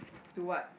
to what